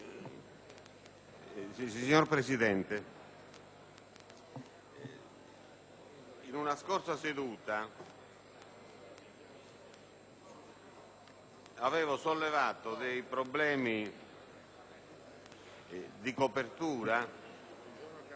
Signor Presidente, in una scorsa seduta avevo sollevato dei problemi di copertura